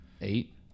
Eight